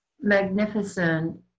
magnificent